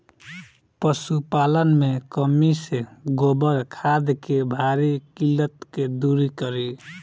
पशुपालन मे कमी से गोबर खाद के भारी किल्लत के दुरी करी?